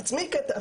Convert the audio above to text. בעצמי כתבתי,